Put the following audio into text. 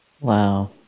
Wow